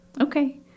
Okay